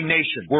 Nation